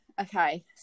Okay